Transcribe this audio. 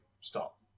stop